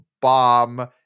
bomb